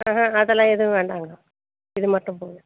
ஆஹ அதெல்லாம் எதுவும் வேண்டாங்க இது மட்டும் போதும்